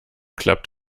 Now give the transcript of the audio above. klappt